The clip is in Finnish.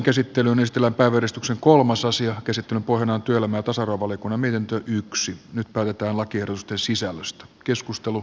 käsittelyn pohjana on työelämä ja tasa arvovaliokunnan mietintö on yksi nyt tarvitaan laki edusta sisällöstä keskustelu